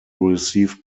received